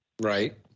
Right